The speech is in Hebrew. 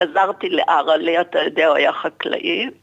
עזרתי לארלה, אתה יודע, הוא היה חקלאי